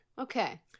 Okay